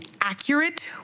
accurate